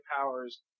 powers